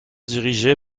dirigée